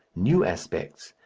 new aspects,